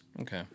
Okay